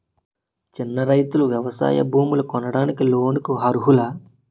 చిన్న రైతులు వ్యవసాయ భూములు కొనడానికి లోన్ లకు అర్హులా?